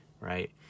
right